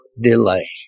delay